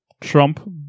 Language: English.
trump